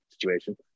situation